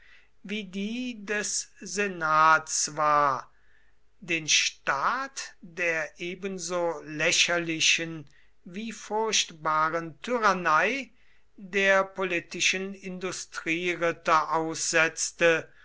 wie die des senats war den staat der ebenso lächerlichen wie furchtbaren tyrannei der politischen industrieritter aussetzte